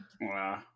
Wow